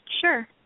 Sure